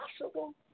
possible